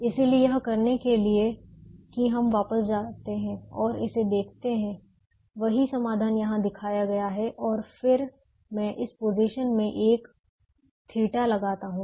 इसलिए यह करने के लिए कि हम वापस जाते हैं और इसे देखते हैं वही समाधान यहां दिखाया गया है और फिर मैं इस पोजीशन में एक θ लगाता हूं